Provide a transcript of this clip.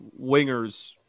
wingers